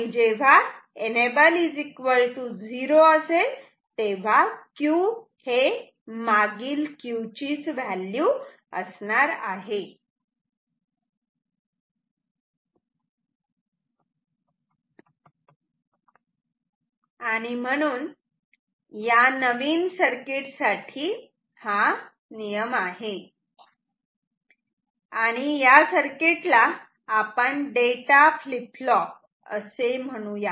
जेव्हा EN 0 Q मागील Q आणि म्हणून या नवीन सर्किट साठी हा नियम आहे आणि या सर्किटला आपण डेटा फ्लीप फ्लॉप असे म्हणूयात